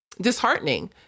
disheartening